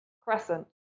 crescent